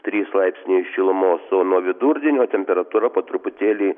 trys laipsniai šilumos o nuo vidurdienio temperatūra po truputėlį